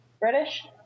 British